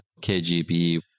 KGB